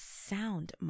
sound